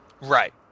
right